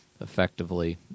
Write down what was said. effectively